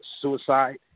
suicide